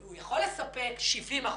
הוא יכול לספק 70 אחוזים,